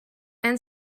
and